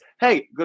hey